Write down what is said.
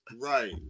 Right